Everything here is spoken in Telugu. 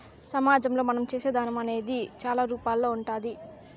సమాజంలో మనం చేసే దానం అనేది చాలా రూపాల్లో ఉంటాది